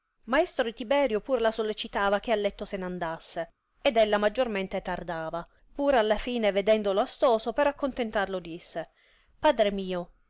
maestro tiberio pur la sollecitava che a letto se n andasse ed ella maggiormente tardava pur alla fine vedendolo astoso per accontentarlo disse padre mio